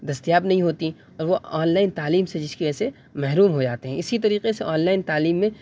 دستیاب نہیں ہوتیں اور وہ آنلائن تعلیم سے جس کی وجہ سے محروم ہو جاتے ہیں اسی طریقے سے آنلائن تعلیم میں